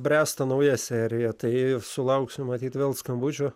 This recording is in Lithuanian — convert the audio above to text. bręsta nauja serija tai sulauksiu matyt vėl skambučio